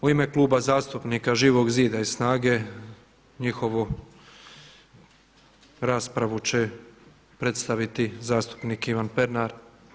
U ime Kluba zastupnika Živog zida i SNAGA-a, njihovu raspravu će predstaviti zastupnik Ivan Pernar.